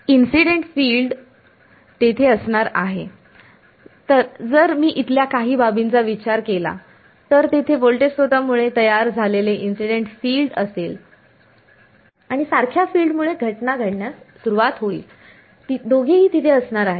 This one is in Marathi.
इन्सिडेंट फिल्ड तेथे असणार आहे तर जर मी इथल्या काही बाबींचा विचार केला तर तेथे व्होल्टेज स्त्रोतामुळे तयार झालेले इन्सिडेंट फिल्ड असेल आणि सारख्या फिल्डमुळे घटना घडण्यास सुरवात होईल दोघेही तिथे असणार आहेत